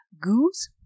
goose